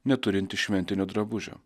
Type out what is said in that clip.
neturintį šventinio drabužio